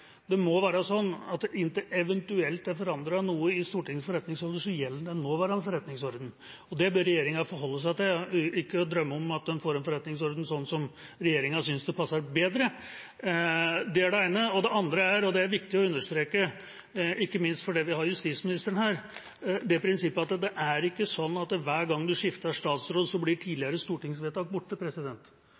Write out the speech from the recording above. det første: Det må være sånn at inntil det eventuelt er forandret noe i Stortingets forretningsorden, så gjelder den nåværende forretningsordenen. Det bør regjeringa forholde seg til, ikke drømme om at de får en forretningsorden som de synes passer bedre. Det er det ene. Det andre er – og det er viktig å understreke, ikke minst fordi vi har justisministeren her – det prinsippet at det ikke er sånn at hver gang man skifter statsråd, så blir tidligere stortingsvedtak borte.